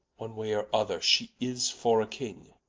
one way, or other, shee is for a king,